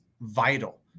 vital